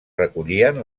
recollien